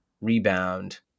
rebound